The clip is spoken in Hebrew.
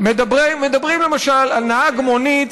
מדברים, למשל, על נהג מונית